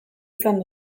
izan